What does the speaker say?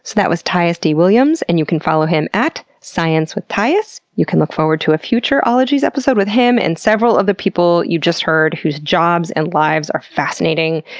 that was tyus d. williams, and you can follow him at sciencewithtyus. you can look forward to a future ologies episode with him and several of the people you just heard whose jobs and lives are fascinating.